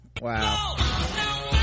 wow